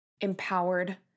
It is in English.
empowered